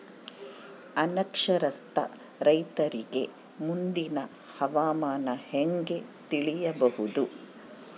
ಅನಕ್ಷರಸ್ಥ ರೈತರಿಗೆ ಮುಂದಿನ ಹವಾಮಾನ ಹೆಂಗೆ ತಿಳಿಯಬಹುದು?